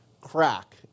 crack